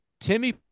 Timmy